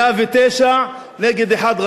109 נגד אחד,